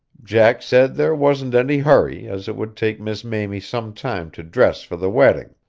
jack said there wasn't any hurry, as it would take miss mamie some time to dress for the wedding.